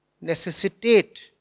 necessitate